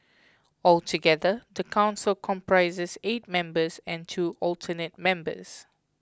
altogether the council comprises eight members and two alternate members